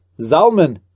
Zalman